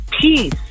peace